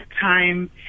time